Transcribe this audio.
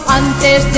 antes